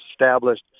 established